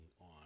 on